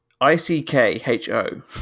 I-C-K-H-O